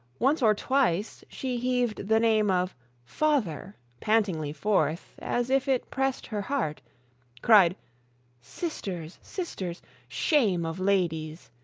once or twice she heav'd the name of father pantingly forth, as if it press'd her heart cried sisters, sisters shame of ladies!